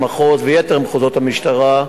המחוז ויתר מחוזות המשטרה,